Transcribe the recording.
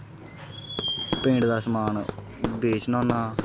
paint दा समान बेचना होन्ना